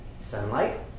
sunlight